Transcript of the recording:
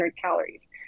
calories